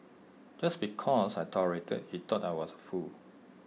just because I tolerated he thought I was A fool